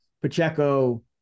Pacheco